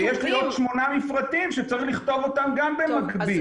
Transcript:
כשיש לי עוד שמונה מפרטים שצריך לכתוב אותם גם במקביל,